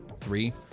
three